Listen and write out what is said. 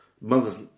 mother's